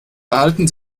behalten